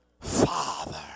father